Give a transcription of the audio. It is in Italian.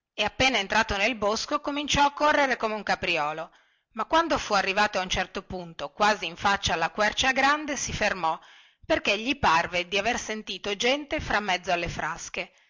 e appena entrato nel bosco cominciò a correre come un capriolo ma quando fu arrivato a un certo punto quasi in faccia alla quercia grande si fermò perché gli parve di aver sentito gente fra mezzo alle frasche